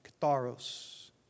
katharos